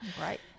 Right